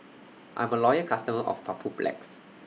I'm A Loyal customer of Papulex